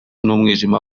n’umwijima